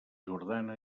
jordana